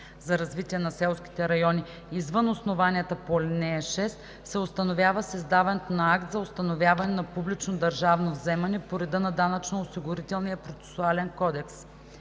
за развитие на селските райони, извън основанията по ал. 6, се установява с издаването на акт за установяване на публично държавно вземане по реда на Данъчно-осигурителния процесуален кодекс.